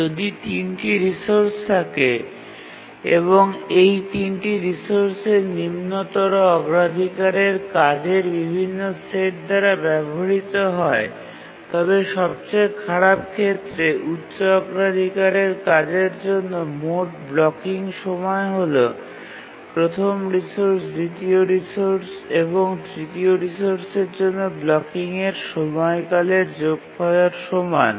যদি তিনটি রিসোর্স থাকে এবং এই তিনটি রিসোর্সের নিম্নতর অগ্রাধিকারের কাজের বিভিন্ন সেট দ্বারা ব্যবহৃত হয় তবে সবচেয়ে খারাপ ক্ষেত্রে উচ্চ অগ্রাধিকারের কাজের জন্য মোট ব্লকিং সময় হল প্রথম রিসোর্স দ্বিতীয় রিসোর্স এবং তৃতীয় রিসোর্সের জন্য ব্লকিংয়ের সময়কালের যোগফলের সমান